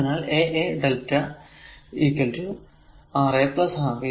അതിനാൽ a a lrmΔ r Ra Rb